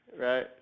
Right